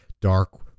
dark